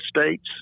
states